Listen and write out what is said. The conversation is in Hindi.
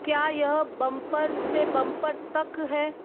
क्या यह बम्पर से बम्पर तक है